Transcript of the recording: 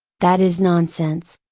that is nonsense!